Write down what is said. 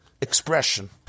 Expression